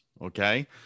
okay